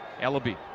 Ellaby